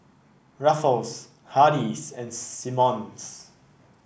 Ruffles Hardy's and Simmons